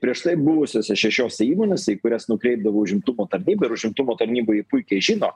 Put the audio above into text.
prieš tai buvusiuose šešiose įmonėse į kurias nukreipdavo užimtumo tarnyba ir užimtumo tarnyboj jį puikiai žino